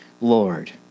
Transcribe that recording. Lord